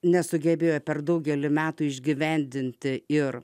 nesugebėjo per daugelį metų išgyvendinti ir